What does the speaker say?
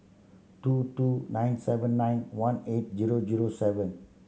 two two nine seven nine one eight zero zero seven